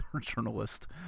journalist